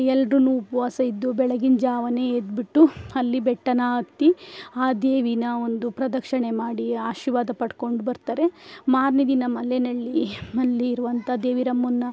ಎಲ್ರೂ ಉಪವಾಸ ಇದ್ದು ಬೆಳಗಿನ ಜಾವವೇ ಎದ್ಬಿಟ್ಟು ಅಲ್ಲಿ ಬೆಟ್ಟನ ಹತ್ತಿ ಆ ದೇವಿಯ ಒಂದು ಪ್ರದಕ್ಷಿಣ ಮಾಡಿ ಆಶೀರ್ವಾದ ಪಡ್ಕೊಂಡು ಬರ್ತಾರೆ ಮಾರನೇ ದಿನ ಮನೆಯಲ್ಲಿ ಮನೆಯಲ್ಲಿರುವಂತ ದೇವೀರಮ್ಮನ್ನು